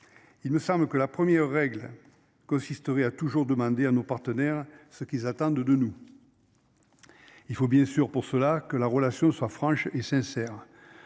Il me semble que la première règle consisterait à toujours demander à nos partenaires ce qu'ils attendent de nous. Il faut bien sûr pour cela que la relation soit franche et sincère.